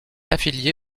affiliée